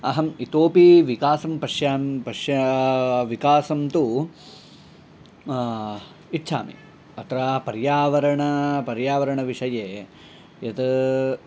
अहम् इतोऽपि विकासं पश्यामः पश्यामः विकासं तु इच्छामि अत्र पर्यावरणं पर्यावरणं विषये यत्